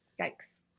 Yikes